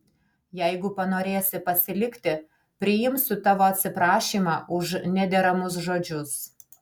jeigu panorėsi pasilikti priimsiu tavo atsiprašymą už nederamus žodžius